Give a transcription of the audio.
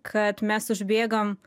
kad mes užbėgam